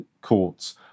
courts